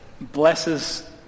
blesses